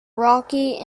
rocky